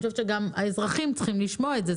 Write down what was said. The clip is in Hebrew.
חושבת שגם האזרחים צריכים לשמוע את זה,